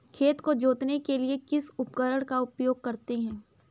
खेत को जोतने के लिए किस उपकरण का उपयोग करते हैं?